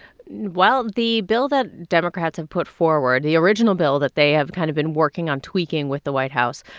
well, the bill that democrats have put forward, the original bill that they have kind of been working on tweaking with the white house,